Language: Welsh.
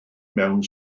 mewn